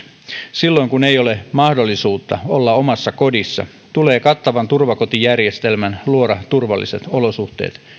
silloin kun ei ole mahdollisuutta olla omassa kodissa tulee kattavan turvakotijärjestelmän luoda turvalliset olosuhteet